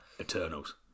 Eternals